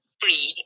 free